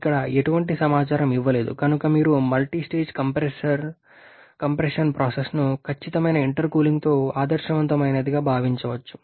ఇక్కడ ఎటువంటి సమాచారం ఇవ్వలేదు కనుక మీరు మల్టీస్టేజ్ కంప్రెషన్ ప్రాసెస్ను ఖచ్చితమైన ఇంటర్కూలింగ్తో ఆదర్శవంతమైనదిగా భావించవచ్చు